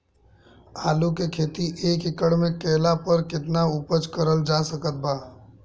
आलू के खेती एक एकड़ मे कैला पर केतना उपज कराल जा सकत बा?